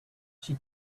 she